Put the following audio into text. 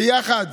ויחד